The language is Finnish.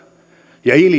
ja